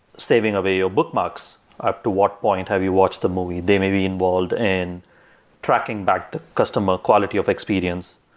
saving of ah bookmarks. up to what point have you watched the movie? they may be involved in tracking back the customer quality of experience.